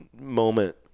moment